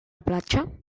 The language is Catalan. platja